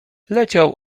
leciał